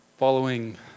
Following